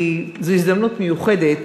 כי זו הזדמנות מיוחדת